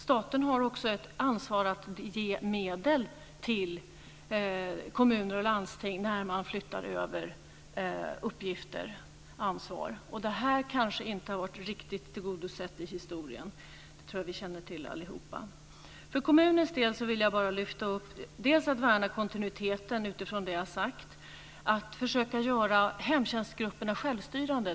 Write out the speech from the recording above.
Staten har också ett ansvar att ge medel till kommuner och landsting när uppgifter och ansvar flyttas över. Det kanske historiskt inte har varit riktigt tillgodosett. Det känner vi alla till. För kommunernas del vill jag värna dels kontinuiteten med utgångspunkt i det jag har sagt, dels försöka göra hemtjänstgrupperna självstyrande.